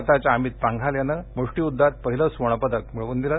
भारताच्या अमित पांघाल यानं मुष्टियुद्वात पहिलं सुवर्ण पदक मिळवून दिल